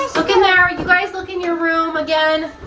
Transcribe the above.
look in there, you guys look in your room again.